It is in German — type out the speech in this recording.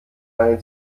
eine